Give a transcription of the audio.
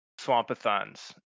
swampathons